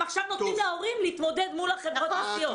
הם עכשיו נותנים להורים להתמודד מול חברות הנסיעות,